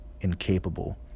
incapable